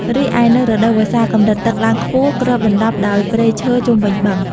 រីឯ នៅរដូវវស្សា កម្រិតទឹកឡើងខ្ពស់គ្របដណ្ដប់ដោយព្រៃឈើជុំវិញបឹង។